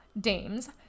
dames